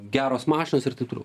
geros mašinos ir taip toliau